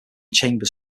chambers